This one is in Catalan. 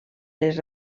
les